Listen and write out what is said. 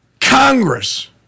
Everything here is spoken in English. Congress